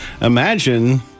imagine